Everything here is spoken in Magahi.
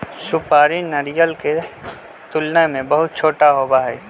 सुपारी नारियल के तुलना में बहुत छोटा होबा हई